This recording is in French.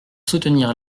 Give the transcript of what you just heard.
soutenir